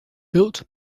built